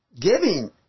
giving